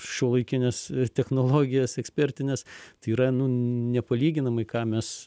šiuolaikines technologijas ekspertines tai yra nu nepalyginamai ką mes